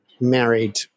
married